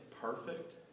perfect